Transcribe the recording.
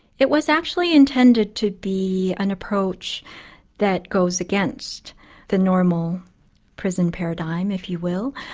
it was actually intended to be an approach that goes against the normal prison paradigm, if you will.